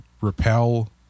repel